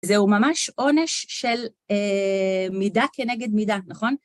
זהו ממש עונש של מידה כנגד מידה, נכון?